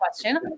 question